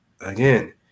again